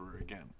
again